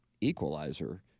equalizer